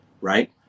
Right